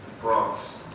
Bronx